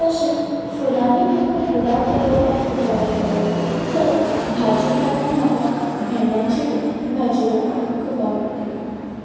तशेंत फुलांनी म्हाका गुलाब रोंवपाक खूब आवडटलो तर भाजीपाल्यान म्हाका भेंड्यांची भाजी रोंवपाक खूब आवडटली